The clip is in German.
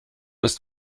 ist